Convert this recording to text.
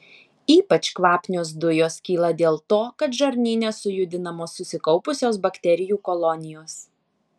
ypač kvapnios dujos kyla dėl to kad žarnyne sujudinamos susikaupusios bakterijų kolonijos